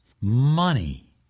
money